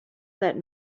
that